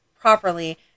properly